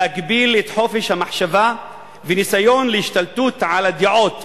להגביל את חופש המחשבה ולהוות ניסיון להשתלטות על הדעות.